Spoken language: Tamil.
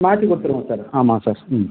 மாற்றி கொடுத்துடுவோம் சார் ஆமாம் சார் ம்